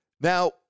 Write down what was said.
Now